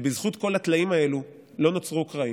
בזכות כל הטלאים האלו לא נוצרו קרעים.